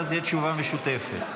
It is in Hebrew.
ואז תהיה תשובה משותפת.